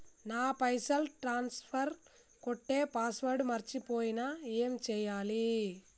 నా పైసల్ ట్రాన్స్ఫర్ కొట్టే పాస్వర్డ్ మర్చిపోయిన ఏం చేయాలి?